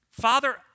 Father